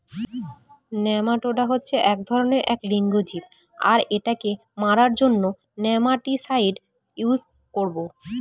nematoda হচ্ছে এক ধরনের এক লিঙ্গ জীব আর এটাকে মারার জন্য নেমাটিসাইড ইউস করবো